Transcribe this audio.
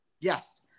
Yes